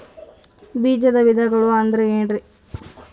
ಬೇಜದ ವಿಧಗಳು ಅಂದ್ರೆ ಏನ್ರಿ?